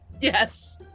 yes